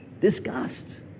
disgust